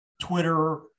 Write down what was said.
Twitter